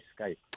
Skype